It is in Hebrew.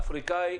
לאפריקאי,